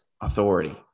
authority